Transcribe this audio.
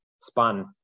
spun